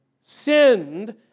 sinned